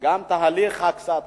גם תהליך הקצאת הקרקעות,